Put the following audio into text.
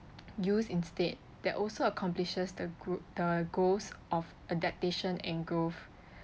use instead that also accomplishes the good the goals of adaptation and growth